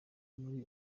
muri